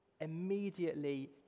Immediately